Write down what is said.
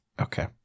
Okay